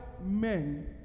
men